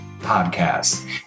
podcast